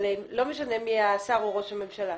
אבל לא משנה מי השר או ראש הממשלה.